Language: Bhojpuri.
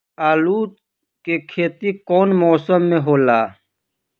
आलू के खेती कउन मौसम में होला?